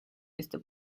este